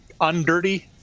undirty